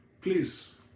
Please